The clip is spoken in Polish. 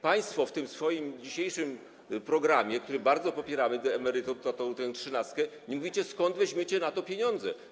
Państwo w tym swoim dzisiejszym programie, który bardzo popieramy, tę emeryturę, tę trzynastkę, nie mówicie, skąd weźmiecie na to pieniądze.